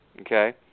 Okay